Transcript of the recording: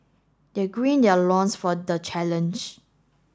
they green their loins for the challenge